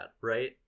right